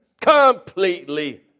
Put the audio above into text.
completely